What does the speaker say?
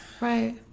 Right